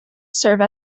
serve